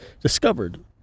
discovered